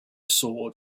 sword